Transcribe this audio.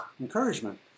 encouragement